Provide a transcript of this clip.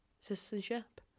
citizenship